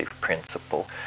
principle